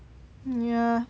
ya